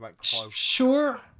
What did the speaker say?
Sure